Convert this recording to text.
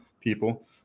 people